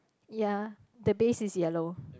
ya the base is yellow